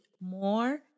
more